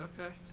okay